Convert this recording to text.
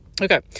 Okay